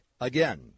Again